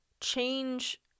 change